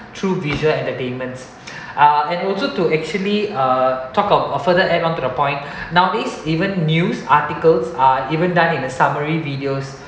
through visual entertainments uh and also to actually uh talk out of further add on to the point now these even news articles are even done in the summary videos